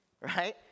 right